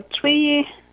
three